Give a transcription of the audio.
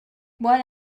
what